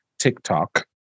TikTok